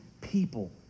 people